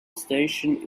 station